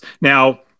Now